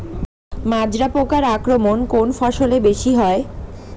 মাজরা পোকার আক্রমণ কোন ফসলে বেশি হয়?